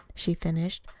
she finished.